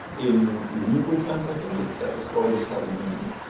in legal terms, i think, is that the storage is held in memory.